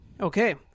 Okay